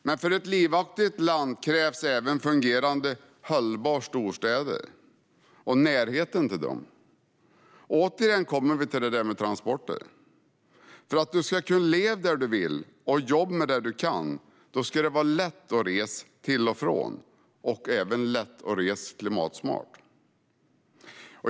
Men för ett livaktigt land krävs även fungerande hållbara storstäder och närhet till dem. Återigen kommer vi till det där med transporter. För att du ska kunna leva där du vill och jobba med det du kan ska det vara lätt att resa till och från, och även lätt att resa klimatsmart.